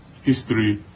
history